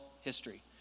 history